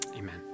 Amen